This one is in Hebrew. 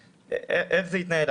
איך זה יתנהל?